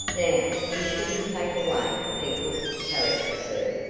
now, you shouldn't take away people's character, sir,